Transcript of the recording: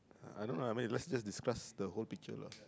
I don't know lah maybe let's just discuss the whole picture lah